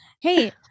hey